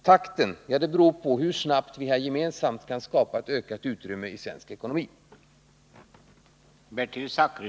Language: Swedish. Takten beror på hur snabbt vi här gemensamt kan skapa ett ökat utrymme i svensk ekonomi.